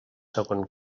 segon